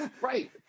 Right